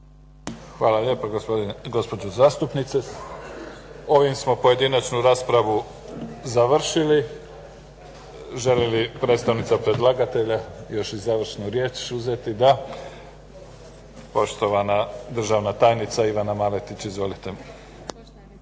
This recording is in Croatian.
Hvala lijepa, gospođo zastupnice. Ovim smo pojedinačnu raspravu završili. Želi li predstavnica predlagatelja još i završnu riječ uzeti? Da. Poštovana državna tajnica Ivana Maletić. Izvolite.